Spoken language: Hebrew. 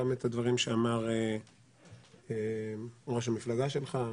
גם את הדברים שאמר ראש המפלגה שלך,